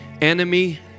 enemy